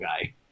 guy